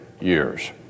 years